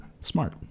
Smart